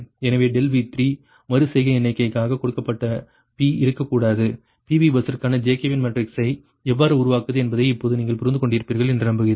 எனவே ∆V3 மறு செய்கை எண்ணிக்கைக்காக கொடுக்கப்பட்ட p இருக்கக்கூடாது PV பஸ்ற்கான ஜேக்கபியன் மேட்ரிக்ஸ் ஐ எவ்வாறு உருவாக்குவது என்பதை இப்போது நீங்கள் புரிந்துகொண்டிருப்பீர்கள் என்று நம்புகிறேன்